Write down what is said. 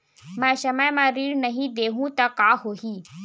मैं समय म ऋण नहीं देहु त का होही